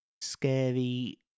scary